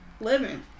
Living